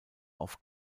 auf